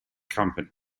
company